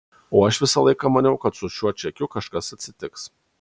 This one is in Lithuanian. o aš visą laiką maniau kad su šiuo čekiu kažkas atsitiks